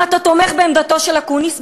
אם אתה תומך בעמדתו של אקוניס,